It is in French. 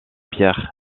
pierre